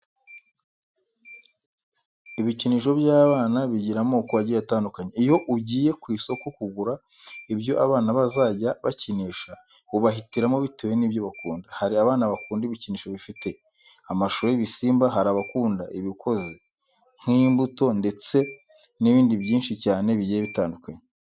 Ibikinisho by'abana bigira amoko agiye atandukanye. Iyo ugiye ku isoko kugura ibyo abana bazajya bakinisha, ubahitiramo bitewe n'ibyo bakunda. Hari abana bakunda ibikinisho bifite amashusho y'ibisimba, hari abakunda ibikoze nk'imbuto ndetse n'ibindi byinshi cyane bigiye bitandukanye.